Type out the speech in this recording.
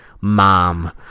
Mom